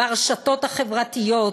ברשתות החברתיות